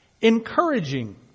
encouraging